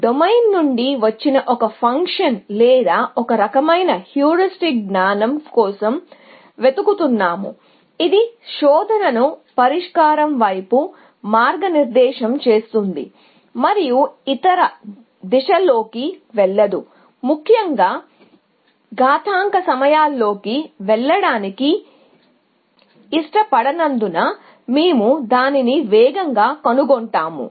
domain నుండి వచ్చిన ఒక ఫంక్షన్ లేదా ఒక రకమైన హ్యూరిస్టిక్ కోసం వెతుకుతున్నాము ఇది శోధనను పరిష్కారం వైపు మార్గనిర్దేశం చేస్తుంది మరియు ఇతర దిశలలోకి వెళ్ళదు ముఖ్యంగా ఘాతాంక సమయాల్లోకి వెళ్లడానికి ఇష్టపడనందున మేము దానిని వేగంగా కనుగొంటాము